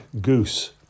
goose